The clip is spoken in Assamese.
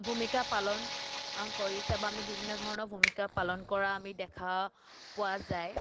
ভূমিকা পালন কৰিছে বা আমি বিভিন্ন ধৰণৰ ভূমিকা পালন কৰা আমি দেখা পোৱা যায়